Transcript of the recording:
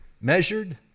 measured